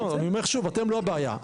אני אומר שוב: אתם לא הבעיה.